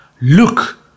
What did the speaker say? Look